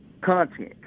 content